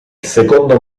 secondo